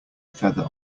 feather